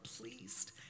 pleased